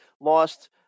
lost